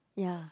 ya